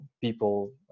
people